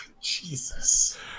Jesus